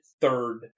third